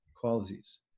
qualities